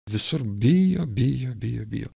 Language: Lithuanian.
visur bijo bijo bijo bijo